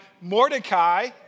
Mordecai